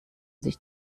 sich